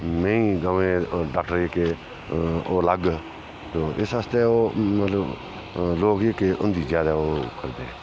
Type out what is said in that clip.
मेंही गवें दे डाक्टर जेह्के ओह् अलग इस आस्तै ओह् मतलब जो बी के होंदी ज्यादा ओह् करदे